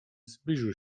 zbliżył